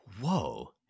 Whoa